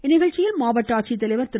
இந்நிகழ்ச்சியில் மாவட்ட ஆட்சித்தலைவர் திரு